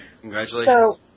Congratulations